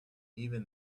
even